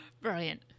Brilliant